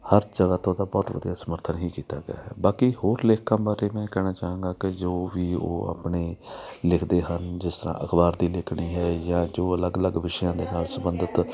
ਹਰ ਜਗ੍ਹਾ ਤੋਂ ਉਹਦਾ ਬਹੁਤ ਵਧੀਆ ਸਮਰਥਨ ਹੀ ਕੀਤਾ ਗਿਆ ਹੈ ਬਾਕੀ ਹੋਰ ਲੇਖਕਾਂ ਬਾਰੇ ਮੈਂ ਕਹਿਣਾ ਚਾਹਾਂਗਾ ਕਿ ਜੋ ਵੀ ਉਹ ਆਪਣੇ ਲਿਖਦੇ ਹਨ ਜਿਸ ਤਰ੍ਹਾਂ ਅਖ਼ਬਾਰ 'ਤੇ ਲਿਖਣੀ ਹੈ ਜਾਂ ਜੋ ਅਲੱਗ ਅਲੱਗ ਵਿਸ਼ਿਆਂ ਦੇ ਨਾਲ ਸੰਬੰਧਤ